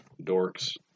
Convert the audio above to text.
Dorks